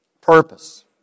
Purpose